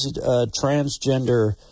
transgender